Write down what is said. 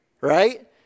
right